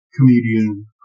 comedian